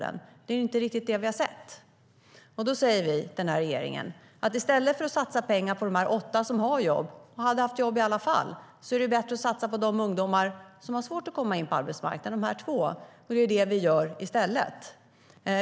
Men det är ju inte riktigt det vi har sett. Den här regeringen säger att i stället för att satsa pengar på de åtta som har jobb och hade haft jobb i alla fall är det bättre att satsa på de två som har svårt att komma in på arbetsmarknaden. Det är det vi gör i stället.